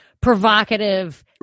provocative